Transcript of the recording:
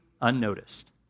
unnoticed